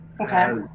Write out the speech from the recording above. Okay